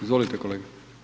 Izvolite, kolega.